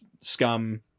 scum